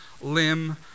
limb